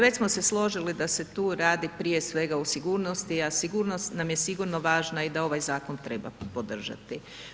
Već smo se složili da se tu radi prije svega o sigurnosti, a sigurnost nam je sigurno važna i da ovaj zakon treba podržati.